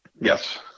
Yes